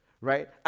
right